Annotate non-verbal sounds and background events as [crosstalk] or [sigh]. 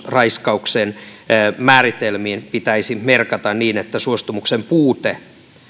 [unintelligible] raiskauksen määritelmiin pitäisi merkata niin että suostumuksen puute